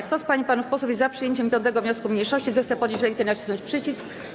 Kto z pań i panów posłów jest za przyjęciem 5. wniosku mniejszości, zechce podnieść rękę i nacisnąć przycisk.